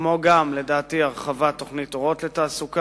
כמו גם, לדעתי, הרחבת תוכנית "אורות לתעסוקה"